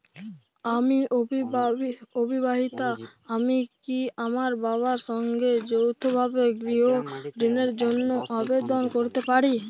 আমি অবিবাহিতা আমি কি আমার বাবার সঙ্গে যৌথভাবে গৃহ ঋণের জন্য আবেদন করতে পারি?